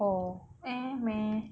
orh eh meh